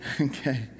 Okay